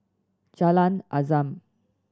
Jalan Azam